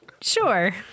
sure